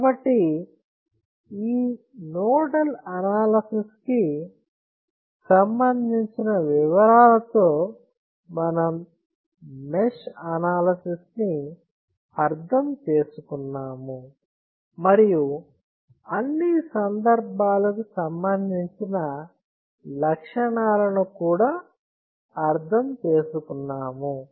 కాబట్టి ఈ nodal analysis కి సంబంధించిన వివరాలతో మనం మెష్ అనాలసిస్ ని అర్థం చేసుకున్నాము మరియు అన్ని సందర్భాలకు సంబంధించిన లక్షణాలను కూడా అర్థం చేసుకున్నాము